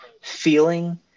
feeling